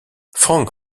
frank